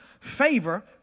favor